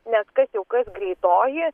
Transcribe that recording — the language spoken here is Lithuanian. nes kas jau kas greitoji